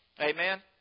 Amen